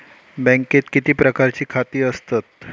बँकेत किती प्रकारची खाती असतत?